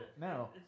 No